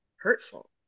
hurtful